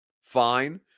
fine